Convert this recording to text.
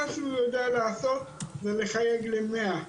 מה שהוא יודע לעשות זה לחייג ל-100,